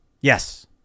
Yes